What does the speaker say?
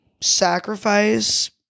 sacrifice